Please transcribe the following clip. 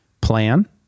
plan